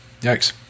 Yikes